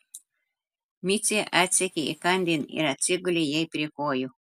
micė atsekė įkandin ir atsigulė jai prie kojų